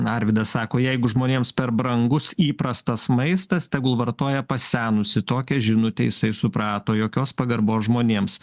arvydas sako jeigu žmonėms per brangus įprastas maistas tegul vartoja pasenusį tokią žinutę jisai suprato jokios pagarbos žmonėms